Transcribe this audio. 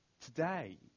today